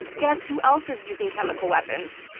guess who else is using chemical weapons?